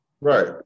Right